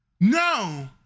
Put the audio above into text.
No